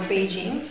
Beijing